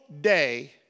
day